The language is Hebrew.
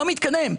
לא מתקדם.